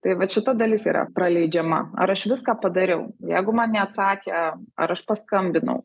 tai vat šita dalis yra praleidžiama ar aš viską padariau jeigu man neatsakė ar aš paskambinau